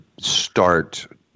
start